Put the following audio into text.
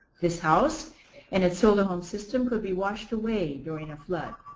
this house and its solar home system could be washed away during a flood,